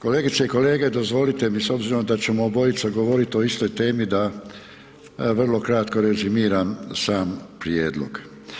Kolegice i kolege dozvolite mi s obzirom da ćemo obojica govoriti o istoj temi da vrlo kratko rezimiram sam prijedlog.